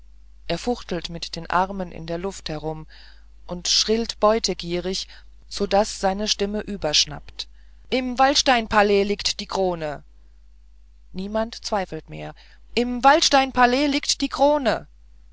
er fuchtelt mit den armen in der luft herum und schrillt beutegierig so daß seine stimme überschnappt im waldsteinpalais liegt die krone niemand zweifelt mehr im waldsteinpalais liegt die krone